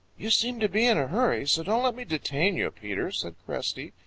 you seem to be in a hurry, so don't let me detain you, peter, said cresty,